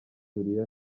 julienne